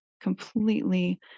completely